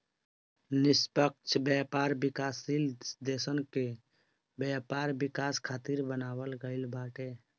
निष्पक्ष व्यापार विकासशील देसन के व्यापार विकास खातिर बनावल गईल बाटे